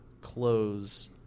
close